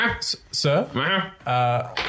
Sir